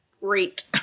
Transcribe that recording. Great